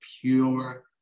pure